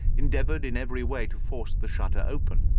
endeavoured in every way to force the shutter open,